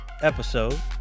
episode